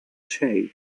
shape